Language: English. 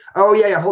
oh, yeah.